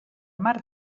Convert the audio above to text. marc